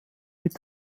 mit